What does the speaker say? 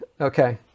Okay